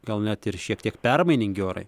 gal net ir šiek tiek permainingi orai